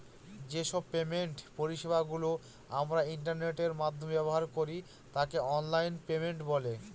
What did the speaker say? যে সব পেমেন্ট পরিষেবা গুলো আমরা ইন্টারনেটের মাধ্যমে ব্যবহার করি তাকে অনলাইন পেমেন্ট বলে